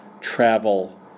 travel